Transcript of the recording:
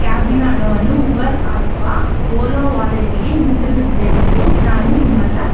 ಕ್ಯಾಬಿನ ಹಣವನ್ನು ಊಬರ್ ಅಥವಾ ಓಲೋ ವಾಲೆಟ್ಟಿಗೆ ಹಿಂತಿರ್ಗುಸ್ಬೇಕೆಂದು ನಾನು ನಿಮ್ಮ ಹತ್ರ